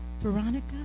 Veronica